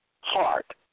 heart